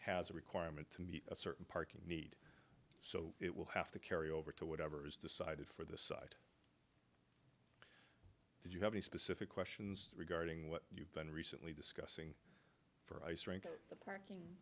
has a requirement to meet a certain parking need so it will have to carry over to whatever is decided for the site did you have any specific questions regarding what you've done recently disc for ice rink the parking